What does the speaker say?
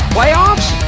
Playoffs